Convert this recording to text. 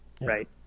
right